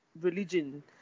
religion